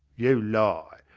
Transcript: you lie.